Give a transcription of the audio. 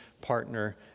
partner